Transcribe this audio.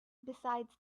besides